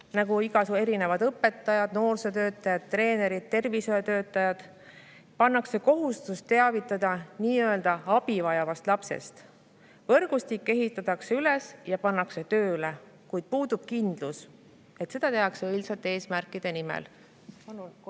nagu erinevad õpetajad, noorsootöötajad, treenerid, tervishoiutöötajad, pannakse kohustus teavitada abi vajavast lapsest. Võrgustik ehitatakse üles ja pannakse tööle, kuid puudub kindlus, et seda tehakse õilsate eesmärkide nimel.